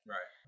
Right